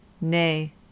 Nay